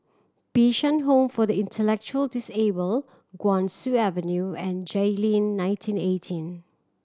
Bishan Home for the Intellectually Disabled Guan Soon Avenue and Jayleen nineteen eighteen